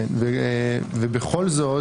ובכול זאת,